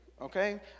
Okay